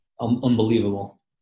unbelievable